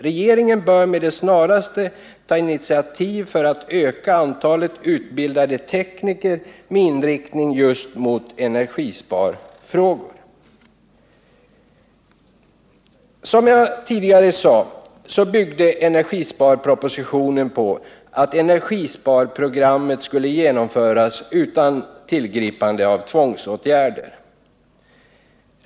Regeringen bör med det snaraste ta initiativ för att öka antalet utbildade tekniker med inriktning just på energisparfrågor. Som jag tidigare sade, byggde energisparpropositionen på att energisparprogrammet skulle genomföras utan tillgripande av tvångsåtgärder.